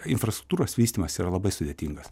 infrastruktūros vystymas yra labai sudėtingas